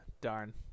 darn